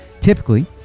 Typically